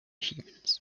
humans